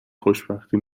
خوشبختی